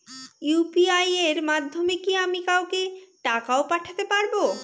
UPI এর মাধ্যমে কি আমি কাউকে টাকা ও পাঠাতে পারবো?